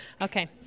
Okay